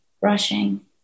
brushing